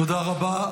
תודה רבה.